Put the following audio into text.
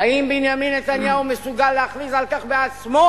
האם בנימין נתניהו מסוגל להכריז על כך בעצמו